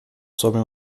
sobre